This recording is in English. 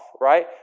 right